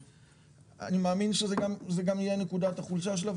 אני מבין שזו תהיה נקודת החולשה שלה,